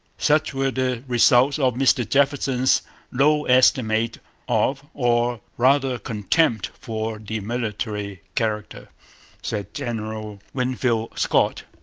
such were the results of mr jefferson's low estimate of, or rather contempt for, the military character said general winfield scott,